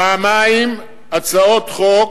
פעמיים הצעת חוק,